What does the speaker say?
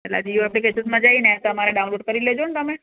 પહેલાં જીઓ એપ્લિકેશનમાં જઈને તમારે ડાઉનલોડ કરી લેજો ને તમે